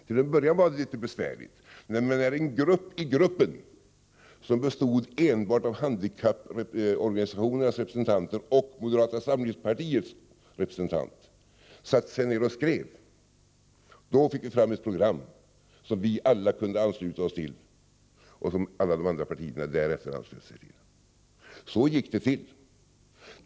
Till en början var det litet besvärligt, men när en grupp i gruppen som bestod enbart av representanter för handikapporganisationerna och moderata samlingspartiets representant satte sig ner och skrev, då fick vi fram ett program som vi alla kunde ansluta oss till och som alla de övriga partierna därefter anslöt sig till. Så gick det till.